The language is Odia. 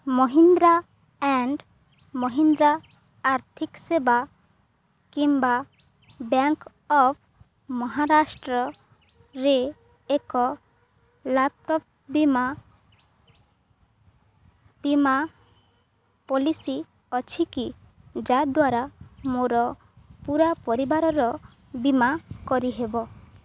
ମହିନ୍ଦ୍ରା ଆଣ୍ଡ ମହିନ୍ଦ୍ରା ଆର୍ଥିକ ସେବା କିମ୍ବା ବ୍ୟାଙ୍କ ଅଫ୍ ମହାରାଷ୍ଟ୍ରରେ ଏକ ଲାପଟପ୍ ବୀମା ବୀମା ପଲିସି ଅଛି କି ଯାଦ୍ଵାରା ମୋର ପୂରା ପରିବାରର ବୀମା କରିହେବ